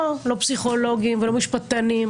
לא פסיכולוגים ולא משפטנים.